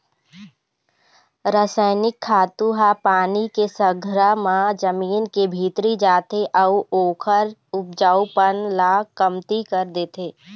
रसइनिक खातू ह पानी के संघरा म जमीन के भीतरी जाथे अउ ओखर उपजऊपन ल कमती कर देथे